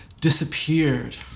disappeared